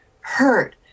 hurt